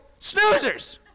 snoozers